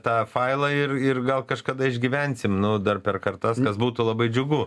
tą failą ir ir gal kažkada išgyvensim nu dar per kartas nes būtų labai džiugu